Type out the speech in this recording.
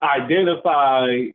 identify